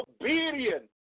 Obedience